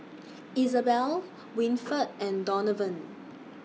Isabel Winford and Donavon